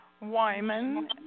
Wyman